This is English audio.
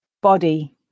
body